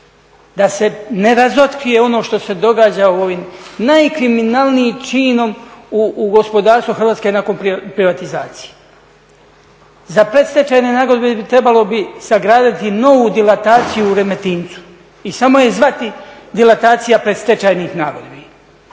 da se ne razotkrije ono što se događa u ovim najkriminalnijim činom u gospodarstvu Hrvatske nakon privatizacije. Za predstečajne nagodbe trebalo bi sagraditi novu dilataciju u Remetincu i samo je zvati dilatacija predstečajnih nagodbi.